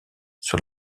sur